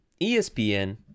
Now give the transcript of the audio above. ESPN